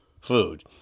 food